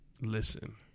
Listen